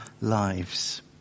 lives